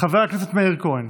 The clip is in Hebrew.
חבר הכנסת מאיר כהן,